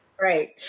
Right